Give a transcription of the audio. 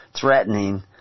threatening